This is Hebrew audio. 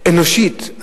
אנושית,